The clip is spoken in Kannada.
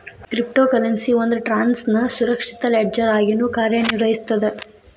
ಕ್ರಿಪ್ಟೊ ಕರೆನ್ಸಿ ಒಂದ್ ಟ್ರಾನ್ಸ್ನ ಸುರಕ್ಷಿತ ಲೆಡ್ಜರ್ ಆಗಿನೂ ಕಾರ್ಯನಿರ್ವಹಿಸ್ತದ